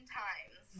times